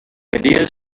ideas